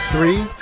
Three